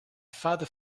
father